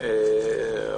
מי למד אותם.